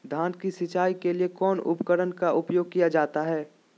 धान की सिंचाई के लिए कौन उपकरण का उपयोग किया जाता है?